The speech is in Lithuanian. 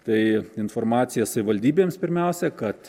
tai informacija savivaldybėms pirmiausia kad